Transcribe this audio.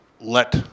let